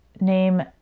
name